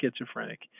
schizophrenic